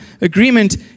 agreement